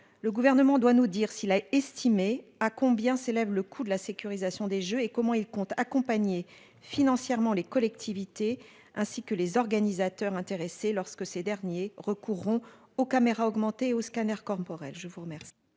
le gouvernement doit nous dire s'il a estimé à combien s'élève le coût de la sécurisation des jeux et comment il compte accompagner financièrement les collectivités ainsi que les organisateurs intéressés lorsque ces derniers recourront aux caméras augmenter aux scanners corporels. Je vous remercie.